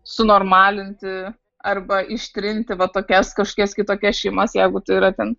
sunormalinti arba ištrinti va tokias kažkokias kitokias šeimas jeigu tai yra ten